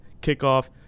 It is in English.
kickoff